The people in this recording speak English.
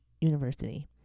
University